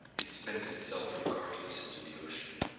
it spins itself regardless into the ocean,